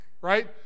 right